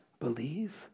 believe